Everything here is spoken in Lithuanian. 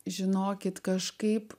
žinokit kažkaip